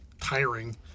tiring